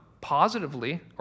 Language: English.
positively